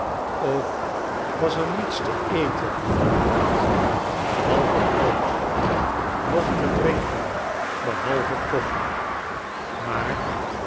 ook was er niets te eten aan boord behalve brood noch te drinken behalve koffie maar